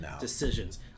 decisions